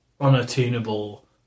unattainable